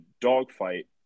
dogfight